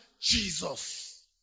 Jesus